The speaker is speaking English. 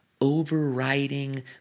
overriding